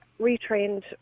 retrained